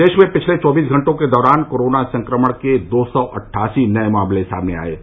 प्रदेश में पिछले चौबीस घंटों के दौरान कोरोना संक्रमण के दो सौ अट्ठासी नए मामले सामने आये हैं